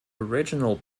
original